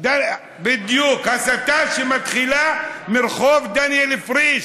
הסתה שמתחילה מרחוב דניאל פריש.